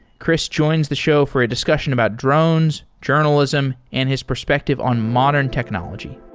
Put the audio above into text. chris joins the show for a discussion about drones, journalism and his perspective on modern technology